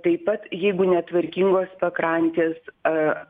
taip pat jeigu netvarkingos pakrantės ar